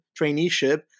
traineeship